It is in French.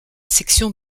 section